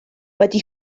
wedi